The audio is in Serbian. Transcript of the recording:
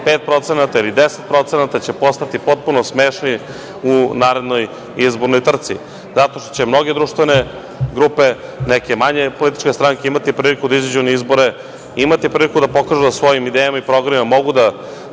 5% ili 10% će postati potpuno smešni u narednoj izbornoj trci, zato što će mnoge društvene grupe, neke manje političke stranke imati priliku da izađu na izbore i imati priliku da pokažu da svojim idejama i programima mogu da